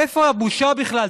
איפה הבושה בכלל?